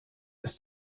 ist